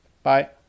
Bye